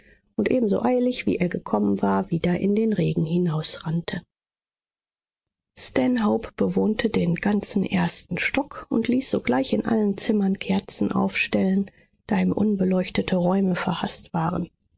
und ebenso eilig wie er gekommen war wieder in den regen hinausrannte stanhope bewohnte den ganzen ersten stock und ließ sogleich in allen zimmern kerzen aufstellen da ihm unbeleuchtete räume verhaßt waren